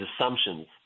assumptions